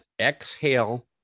exhale